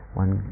one